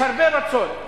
יש הרבה רצון.